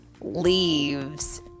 Leaves